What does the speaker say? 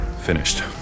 Finished